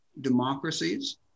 democracies